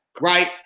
right